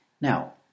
Now